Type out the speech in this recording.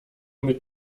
mit